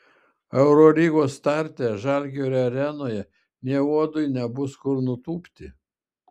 eurolygos starte žalgirio arenoje nė uodui nebus kur nutūpti